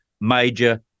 major